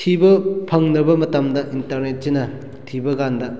ꯊꯤꯕ ꯐꯪꯗ꯭ꯔꯕ ꯃꯇꯝꯗ ꯏꯟꯇꯔꯅꯦꯠꯁꯤꯅ ꯊꯤꯕ ꯀꯥꯟꯗ